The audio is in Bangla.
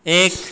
এক